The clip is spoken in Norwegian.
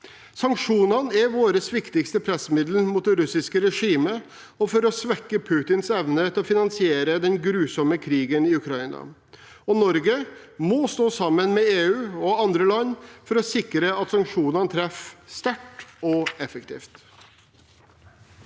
Sanksjonene er våre viktigste pressmidler mot det russiske regimet og for å svekke Putins evne til å finansiere den grusomme krigen i Ukraina. Norge må stå sammen med EU og andre land for å sikre at sanksjonene treffer sterkt og effektivt.